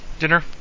dinner